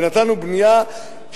ונתנו בנייה,